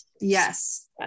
Yes